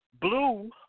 Blue